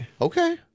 Okay